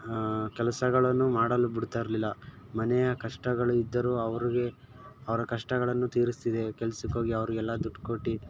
ಕೆಲಸಗಳನ್ನು ಮಾಡಲು ಬಿಡ್ತಾ ಇರಲಿಲ್ಲ ಮನೆಯ ಕಷ್ಟಗಳು ಇದ್ದರೂ ಅವರಿಗೆ ಅವರ ಕಷ್ಟಗಳನ್ನು ತೀರಸ್ತಿದ್ದೆ ಕೆಲಸಕ್ಕೆ ಹೋಗಿ ಅವರಿಗೆಲ್ಲ ದುಡ್ಡು ಕೊಟ್ಟು